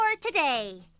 today